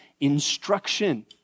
instruction